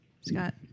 Scott